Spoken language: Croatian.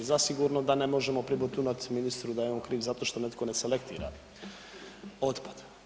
Zasigurno da ne možemo pribotunat ministru da je on kriv zato što netko ne selektira otpad.